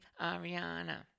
Ariana